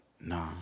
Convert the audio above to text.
No